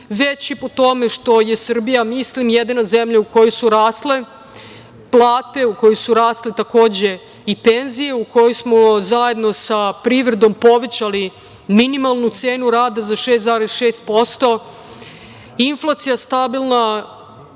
već i po tome što je Srbija, mislim, jedina zemlja u kojoj su rasle plate, u kojoj su rasle takođe i penzije, u kojoj smo zajedno sa privredom povećali minimalnu cenu rada za 6,6%. Inflacija stabilna,